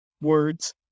words